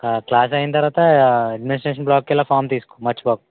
class అయిన తరువాత administration బ్లాక్కి వెళ్ళీ ఆ ఫారం తీసుకో మర్చిపోకు